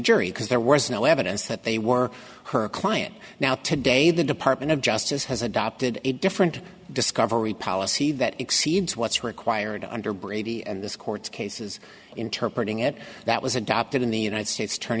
jury because there was no evidence that they were her client now today the department of justice has adopted a different discovery policy that exceeds what's required under brady and this court's cases interprete ing it that was adopted in the united states tourn